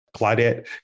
Claudette